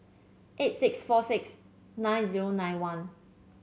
eight six four six nine zero nine one